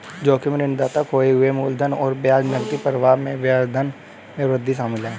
जोखिम ऋणदाता खोए हुए मूलधन और ब्याज नकदी प्रवाह में व्यवधान में वृद्धि शामिल है